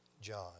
John